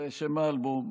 זה שם האלבום.